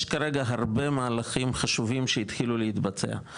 יש כרגע הרבה מהלכים חשובים שהתחילו להתבצע,